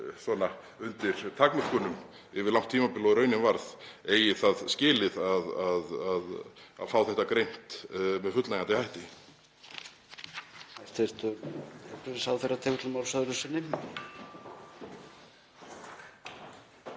undir takmörkunum yfir langt tímabil eins og raunin varð eigi það skilið að fá þetta greint með fullnægjandi hætti.